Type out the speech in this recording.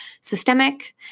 systemic